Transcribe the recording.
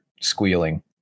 squealing